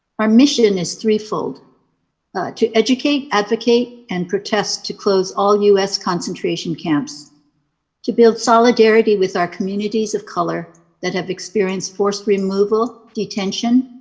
our mission is threefold to educate, advocate, and protest to close all u s. concentration camps to build solidarity with our communities of color that have experienced forced removal, detention,